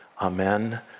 Amen